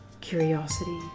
Curiosity